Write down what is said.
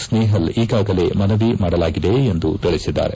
ಸ್ನೇಹಲ್ ಈಗಾಗಲೇ ಮನವಿ ಮಾಡಲಾಗಿದೆ ಎಂದು ತಿಳಿಸಿದ್ದಾರೆ